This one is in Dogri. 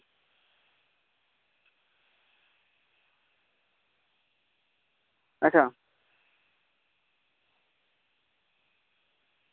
अच्छा